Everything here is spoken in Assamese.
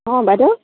অঁ বাইদেউ